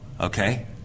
okay